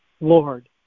Lord